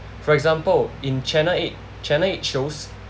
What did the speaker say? for example in channel eight channel eight shows